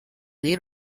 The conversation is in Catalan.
dir